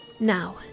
Now